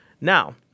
Now